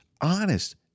honest